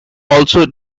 also